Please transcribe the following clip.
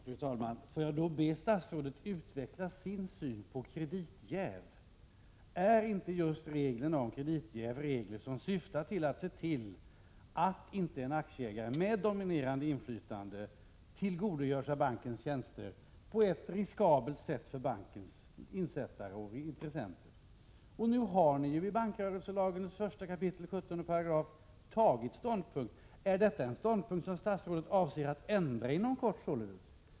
Fru talman! Får jag då be statsrådet utveckla sin syn på kreditjäv? Är inte just reglerna om kreditjävregler som syftar till att en aktieägare med dominerande inflytande inte skall tillgodogöra sig bankens tjänster på ett för bankens insättare och intressenter riskabelt sätt? Nu har ni ju i bankrörelselagens 1 kap. 17 § tagit ståndpunkt. Är detta en ståndpunkt som statsrådet avser att ändra inom kort?